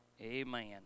Amen